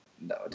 No